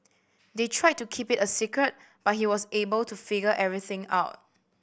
they tried to keep it a secret but he was able to figure everything out